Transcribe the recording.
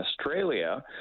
Australia